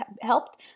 helped